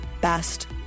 best